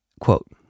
Quote